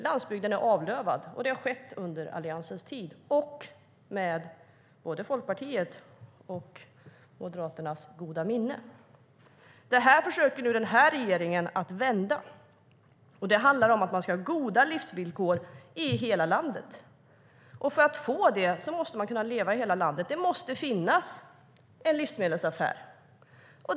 Landsbygden är avlövad, och det har skett under Alliansens tid, med både Folkpartiets och Moderaternas goda minne. Detta försöker nu den här regeringen att vända. Det handlar om att man ska ha goda livsvillkor i hela landet. Det måste finnas en livsmedelsaffär.